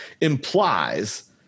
implies